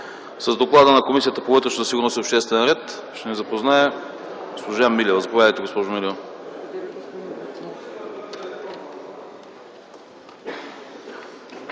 С доклада на Комисията по вътрешна сигурност и обществен ред ще ни запознае госпожа Милева.